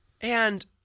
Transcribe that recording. And-